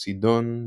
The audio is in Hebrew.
צידון,